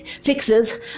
fixes